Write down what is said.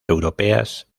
europeas